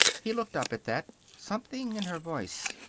he looked up at that. something in her voice.